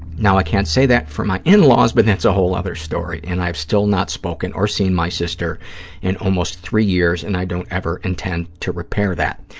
now, i can't say that for my in-laws, but that's a whole other story, and i've still not spoken or seen my sister in almost three years and i don't ever intend to repair that.